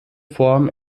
form